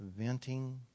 venting